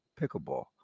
pickleball